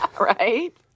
Right